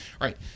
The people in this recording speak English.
right